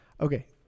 Okay